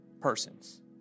persons